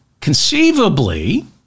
Conceivably